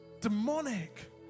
demonic